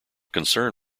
concern